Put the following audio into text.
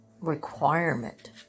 requirement